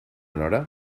nora